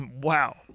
wow